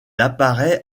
apparaît